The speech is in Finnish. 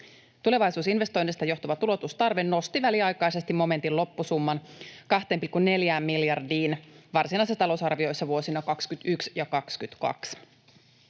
Tulevaisuusinvestoinneista johtuva tuloutustarve nosti väliaikaisesti momentin loppusumman 2,4 miljardiin varsinaisissa talousarvioissa vuosina 21 ja 22.